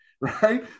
right